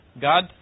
God